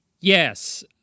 Yes